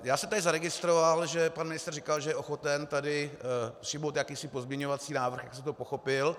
Já jsem tady zaregistroval, že pan ministr říkal, že je ochoten tady přijmout jakýsi pozměňovací návrh, tak jsem to pochopil.